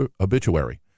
obituary